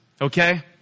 okay